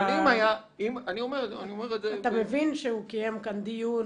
אתה מבין שהוא קיים כאן דיון,